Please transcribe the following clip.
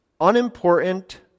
unimportant